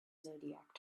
zodiac